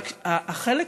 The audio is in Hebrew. החלק,